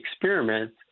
experiments